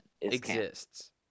exists